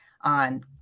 on